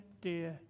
dear